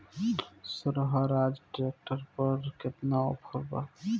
सोहराज tractor पर केतना offer बा?